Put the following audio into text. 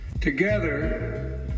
Together